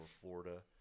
Florida